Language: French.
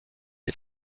est